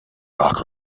rock